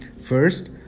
First